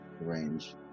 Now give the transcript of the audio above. range